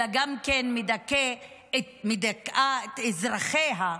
אלא גם מדכא את אזרחיה,